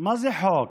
מה זה חוק?